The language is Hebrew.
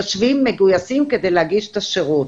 יושבים מגויסים כדי להגיש את השירות.